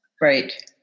Right